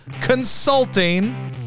consulting